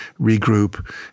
regroup